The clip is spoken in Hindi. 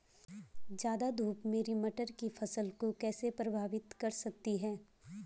ज़्यादा धूप मेरी मटर की फसल को कैसे प्रभावित कर सकती है?